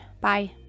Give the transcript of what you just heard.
bye